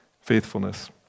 faithfulness